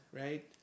right